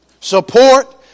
Support